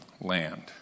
land